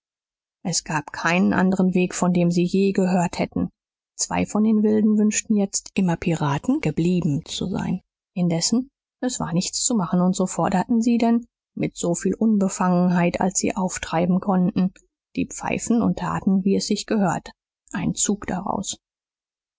es gab keinen anderen weg von dem sie je gehört hätten zwei von den wilden wünschten jetzt immer piraten geblieben zu sein indessen es war nichts zu machen so forderten sie denn mit so viel unbefangenheit als sie auftreiben konnten die pfeifen und taten wie es sich gehört einen zug daraus